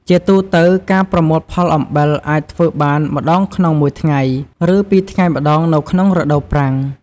ជាទូទៅ ការប្រមូលផលអំបិលអាចធ្វើបានម្តងក្នុងមួយថ្ងៃ ឬពីរថ្ងៃម្ដងនៅក្នុងរដូវប្រាំង។